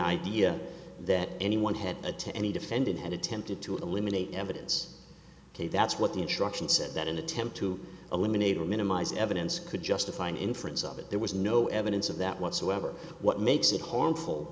idea that anyone had a to any defendant had attempted to eliminate evidence ok that's what the instruction said that an attempt to eliminate or minimize evidence could justify an inference of it there was no evidence of that whatsoever what makes it harmful